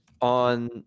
On